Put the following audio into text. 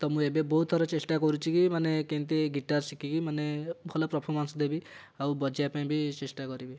ତ ମୁଁ ଏବେ ବହୁତ ଥର ଚେଷ୍ଟା କରୁଛି କି ମାନେ କେମିତି ଗିଟାର୍ ଶିଖିକି ମାନେ ଭଲ ପ୍ରର୍ଫମାନ୍ସ ଦେବି ଆଉ ବଜେଇବା ପାଇଁ ବି ଚେଷ୍ଟା କରିବି